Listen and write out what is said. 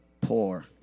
poor